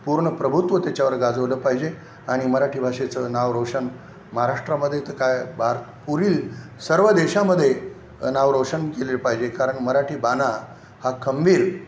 पूर्ण प्रभुत्व त्याच्यावर गाजवलं पाहिजे आणि मराठी भाषेचं नाव रोशन महाराष्ट्रामध्ये तर काय भार पुढील सर्व देशामध्ये नाव रोशन केलेलं पाहिजे कारण मराठी बाणा हा खंबीर